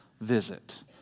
visit